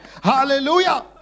Hallelujah